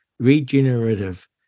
regenerative